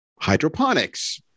hydroponics